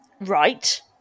right